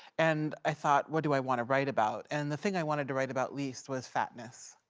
and i thought, what do i want to write about? and the thing i wanted to write about least was fatness.